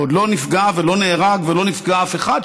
ועוד לא נפגע ולא נהרג ולא נפגע אף אחד,